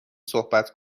صحبت